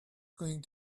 going